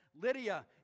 Lydia